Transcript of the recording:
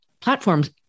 platforms